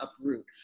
uproot